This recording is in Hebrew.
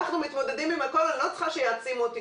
אנחנו מתמודדים עם הכול אני לא צריכה שיעצימו אותי,